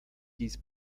dies